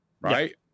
Right